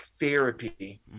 therapy